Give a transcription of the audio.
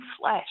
flesh